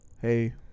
Hey